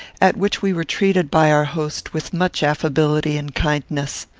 at which we were treated by our host with much affability and kindness.